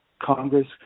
Congress